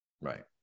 right